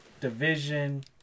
division